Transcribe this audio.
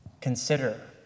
consider